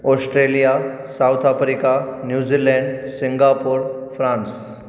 Australia South Africa New Zealand Singapore France